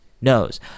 knows